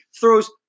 throws